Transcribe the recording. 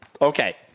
Okay